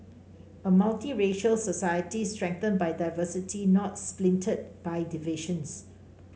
a multiracial society strengthened by diversity not splintered by divisions